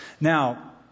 Now